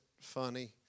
funny